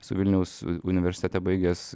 esu vilniaus universitete baigęs